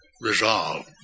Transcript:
resolve